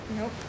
Nope